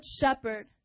shepherd